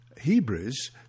Hebrews